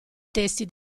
testi